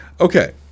Okay